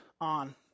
on